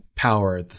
power